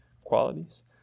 qualities